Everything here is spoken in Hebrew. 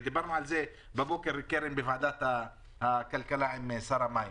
ודיברנו על זה הבוקר בוועדת הכלכלה עם שר המים.